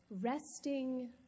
resting